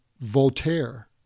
Voltaire